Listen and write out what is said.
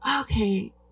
Okay